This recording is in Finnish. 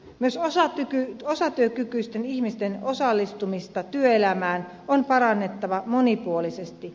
myös osatyökykyisten ihmisten osallistumista työelämään on parannettava monipuolisesti